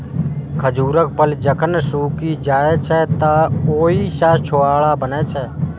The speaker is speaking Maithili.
खजूरक फल जखन सूखि जाइ छै, तं ओइ सं छोहाड़ा बनै छै